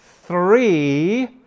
three